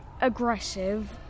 aggressive